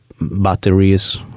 batteries